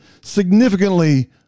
significantly